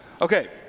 Okay